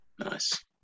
nice